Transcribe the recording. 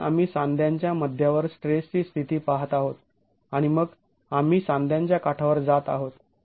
कारण आम्ही सांध्यांच्या मध्यावर स्ट्रेसची स्थिती पहात आहोत आणि मग आम्ही सांध्यांच्या काठावर जात आहोत